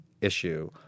issue